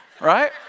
right